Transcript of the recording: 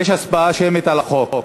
אנחנו עוברים להצעה הבאה: הצעת חוק-יסוד: